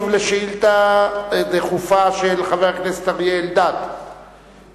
על שאילתא דחופה של חבר הכנסת אריה אלדד בנושא: